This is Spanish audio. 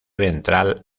ventral